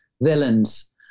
villains